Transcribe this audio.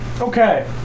Okay